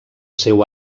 seu